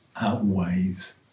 outweighs